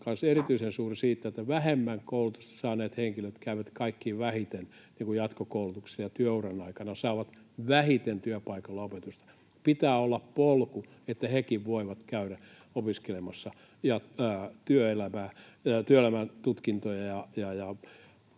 erityisen suuri siitä, että vähemmän koulutusta saaneet henkilöt käyvät kaikkein vähiten jatkokoulutuksessa ja työuran aikana saavat vähiten työpaikalla opetusta. Pitää olla polku, että hekin voivat käydä opiskelemassa työelämän tutkintoja ja